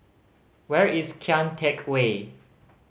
where is Kian Teck Way